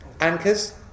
Anchors